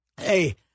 Hey